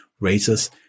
raises